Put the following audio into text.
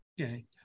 Okay